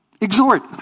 exhort